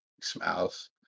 Smiles